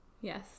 yes